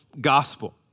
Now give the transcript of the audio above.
gospel